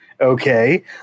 Okay